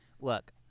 Look